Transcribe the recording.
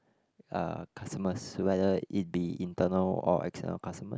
uh customers whether it be internal or external customers